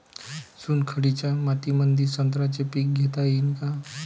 चुनखडीच्या मातीमंदी संत्र्याचे पीक घेता येईन का?